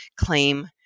claim